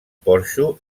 porxo